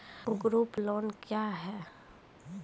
Group loan क्या है?